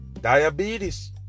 Diabetes